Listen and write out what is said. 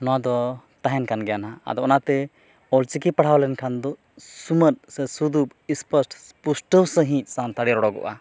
ᱱᱚᱣᱟ ᱫᱚ ᱛᱟᱦᱮᱱ ᱠᱟᱱ ᱜᱮᱭᱟ ᱱᱟᱜ ᱟᱫᱚ ᱚᱱᱟᱛᱮ ᱚᱞᱪᱤᱠᱤ ᱯᱟᱲᱦᱟᱣ ᱞᱮᱱᱠᱷᱟᱱ ᱫᱚ ᱥᱩᱢᱟᱹᱫ ᱥᱮ ᱥᱩᱫᱩ ᱥᱯᱚᱥᱴ ᱯᱩᱥᱴᱟᱹᱣ ᱥᱟᱸᱦᱤᱡ ᱥᱟᱱᱛᱟᱲᱤ ᱨᱚᱲᱚᱜᱚᱼᱟ